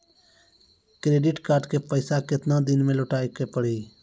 Credit card के पैसा केतना दिन मे लौटाए के पड़ी?